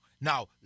Now